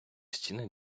стіни